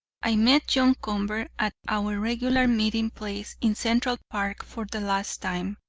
i met john convert at our regular meeting place in central park for the last time.